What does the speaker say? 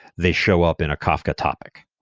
they show up in a kafka topic.